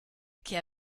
che